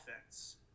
offense